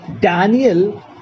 Daniel